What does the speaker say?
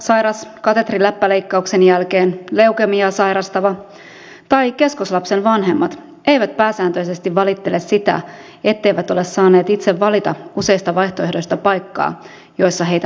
sydänsairas katetriläppäleikkauksen jälkeen leukemiaa sairastava tai keskoslapsen vanhemmat eivät pääsääntöisesti valittele sitä etteivät ole saaneet itse valita useista vaihtoehdoista paikkaa jossa heitä hoidetaan